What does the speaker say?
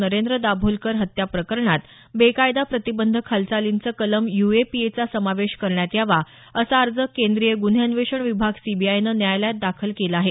नरेंद्र दाभोलकर हत्या प्रकरणात बेकायदा प्रतिबंधक हालचालीचं कलम यूएपीएचा समावेश करण्यात यावा असा अर्ज केंद्रीय ग्रन्हे अन्वेषण विभाग सीबीआयनं न्यायालयात दाखल केला आहे